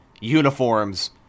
uniforms